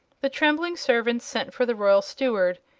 the trembling servants sent for the royal steward,